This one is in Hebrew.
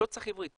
לא צריך עברית,